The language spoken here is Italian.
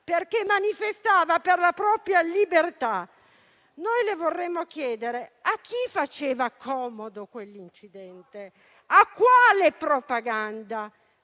pacifica per la propria libertà. Le vorremmo chiedere a chi faceva comodo quell'incidente. A quale propaganda?